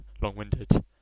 long-winded